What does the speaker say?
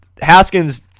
Haskins